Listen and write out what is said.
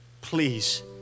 please